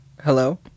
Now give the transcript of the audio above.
Hello